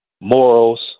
morals